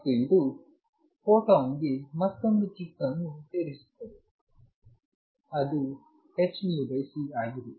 ಮತ್ತು ಇದು ಫೋಟಾನ್ಗೆ ಮತ್ತೊಂದು ಕಿಕ್ ಅನ್ನು ಸೇರಿಸುತ್ತದೆ ಅದು hνcಆಗಿದೆ